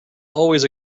always